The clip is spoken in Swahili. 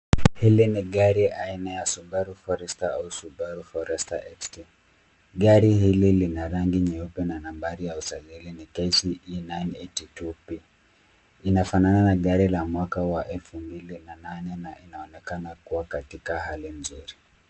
Hili ni gari aina ya Subaru Forester au Subaru Forester XT. Gari hili lina rangi nyeupe na nambari ya usajili ni KCE 982P. Inafanana na gari la mwaka wa elfu mbili na nane, na inaonekana kua katika hali mzuri.